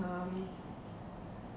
um